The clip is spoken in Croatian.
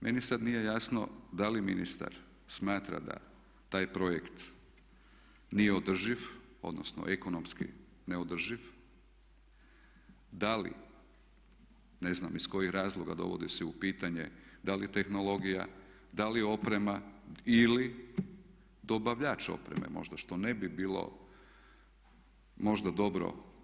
Meni sad nije jasno da li ministar smatra da taj projekt nije održiv, odnosno ekonomski neodrživ, da li ne znam iz kojih razloga dovodi se u pitanje da li tehnologija, da li oprema ili dobavljač opreme možda što ne bi bilo možda dobro.